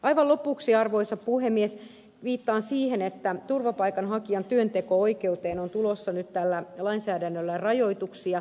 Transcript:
aivan lopuksi arvoisa puhemies viittaan siihen että turvapaikanhakijan työnteko oikeuteen on tulossa nyt tällä lainsäädännöllä rajoituksia